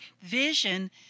vision